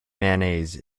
mayonnaise